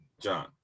John